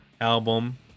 album